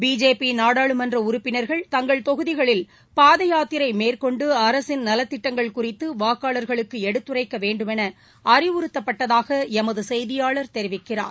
BJP நாடாளுமன்ற உறுப்பினர்கள் தங்கள் தொகுதிகளில் பாதயாத்திரை மேற்கொள்டு அரசின் நலத்திட்டங்கள் குறித்து வாக்காளர்களுக்கு எடுத்துரைக்க வேண்டுமௌ அறிவுறத்தப்பட்டதாக எமது செய்தியாளர் தெரிவிக்கிறார்